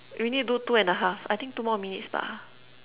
we need do two and a half I think two more minutes bah